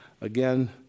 again